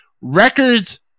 Records